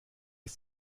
ist